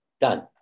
Done